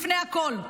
לפני הכול.